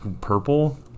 purple